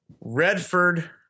Redford